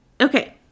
okay